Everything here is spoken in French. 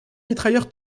mitrailleur